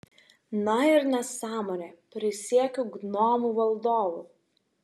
na ir nesąmonė prisiekiu gnomų valdovu